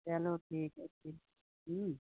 चलो ठीक है फिर